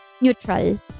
neutral